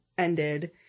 ended